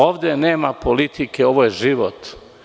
Ovde nema politike ovo je život.